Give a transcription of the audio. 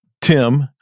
Tim